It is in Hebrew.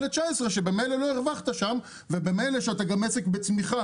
ל-19 שממילא לא הרווחת שם וממילא יש לך גם עסק בצמיחה